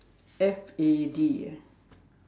F A D ah